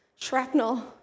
shrapnel